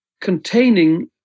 containing